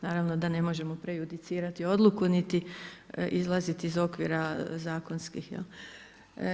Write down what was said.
Naravno da ne možemo prejudicirati odluku, niti izlaziti iz okvira zakonskih.